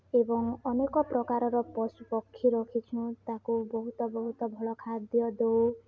ଏବଂ ଅନେକ ପ୍ରକାରର ପଶୁପକ୍ଷୀ ରଖିଛୁ ତାକୁ ବହୁତ ବହୁତ ଭଲ ଖାଦ୍ୟ ଦେଉ